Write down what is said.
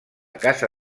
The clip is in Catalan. casa